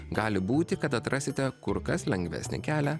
gali būti kad atrasite kur kas lengvesnį kelią